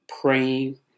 praying